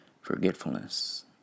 forgetfulness